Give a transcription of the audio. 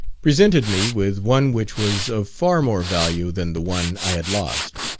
presented me with one which was of far more value than the one i had lost.